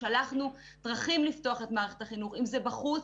שלחנו דרכים לפתוח את מערכת החינוך אם זה בחוץ,